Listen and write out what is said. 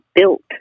built